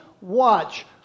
Watch